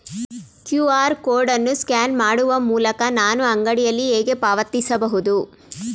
QR code ಅನ್ನು scan ಮಾಡುವ ಮೂಲಕ ನಾನು ಅಂಗಡಿಯಲ್ಲಿ ಹೇಗೆ ಪಾವತಿಸಬಹುದು?